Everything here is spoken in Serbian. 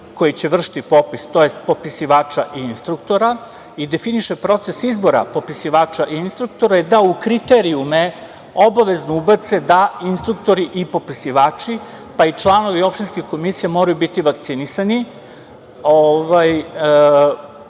koji će vršiti popis, tj. popisivača i instruktora i definiše proces izbora popisivača i instruktora je da u kriterijume obavezno ubace da instruktori i popisivači, pa i članovi opštinskih komisija moraju biti vakcinisani